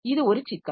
இது ஒரு சிக்கல்